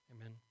Amen